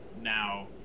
now